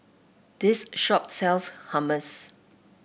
this shop sells Hummus